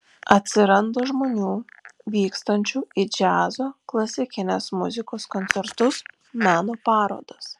atsiranda žmonių vykstančių į džiazo klasikinės muzikos koncertus meno parodas